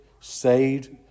saved